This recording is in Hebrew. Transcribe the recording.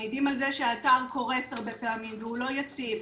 מעידים על זה שהאתר קורס הרבה פעמים והוא לא יציב.